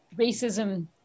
racism